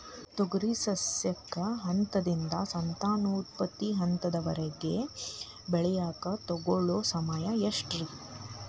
ತೊಗರಿ ಸಸ್ಯಕ ಹಂತದಿಂದ, ಸಂತಾನೋತ್ಪತ್ತಿ ಹಂತದವರೆಗ ಬೆಳೆಯಾಕ ತಗೊಳ್ಳೋ ಸಮಯ ಎಷ್ಟರೇ?